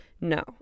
No